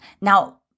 Now